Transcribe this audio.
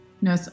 No